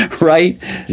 right